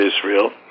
Israel